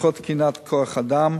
מפתחות תקינת כוח-אדם,